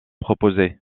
proposée